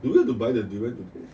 you need to buy the durian today